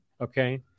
Okay